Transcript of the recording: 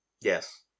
Yes